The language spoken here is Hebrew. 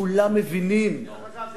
דרך אגב,